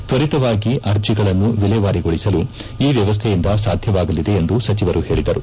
ತ್ತರಿತವಾಗಿ ಅರ್ಜಿಗಳನ್ನು ವಿಲೇವಾರಿಗೊಳಿಸಲು ಈ ವ್ಚವಸ್ಲೆಯಿಂದ ಸಾಧ್ಯವಾಗಲಿದೆ ಎಂದು ಸಚಿವರು ಹೇಳಿದರು